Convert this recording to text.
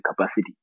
capacity